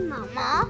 Mama